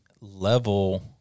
level